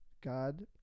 God